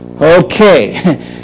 Okay